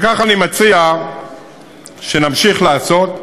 וכך אני מציע שנמשיך לעשות.